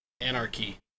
anarchy